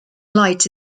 light